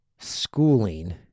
Schooling